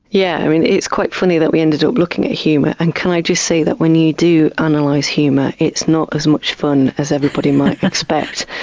yeah it's quite funny that we ended up looking at humour and can i just say that when you do analyse humour it's not as much fun as everybody might expect!